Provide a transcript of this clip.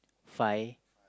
Fai